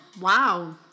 wow